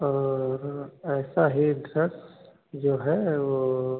और ही ड्रेस जो है वह